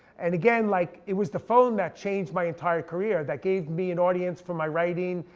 and again, like it was the phone that changed my entire career, that gave me an audience for my writing,